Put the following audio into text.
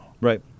Right